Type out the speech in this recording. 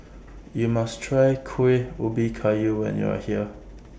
YOU must Try Kuih Ubi Kayu when YOU Are here